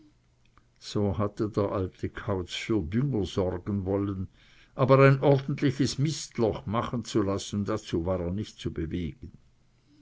so hatte der alte kauz für dünger sorgen wollen aber ein ordentliches mistloch machen zu lassen dazu war er nicht zu bewegen